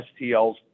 STLs